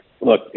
Look